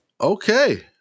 okay